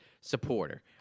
supporter